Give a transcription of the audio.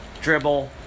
Dribble